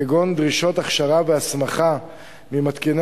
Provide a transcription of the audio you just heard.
כגון דרישות הכשרה והסמכה ממתקיני